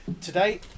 today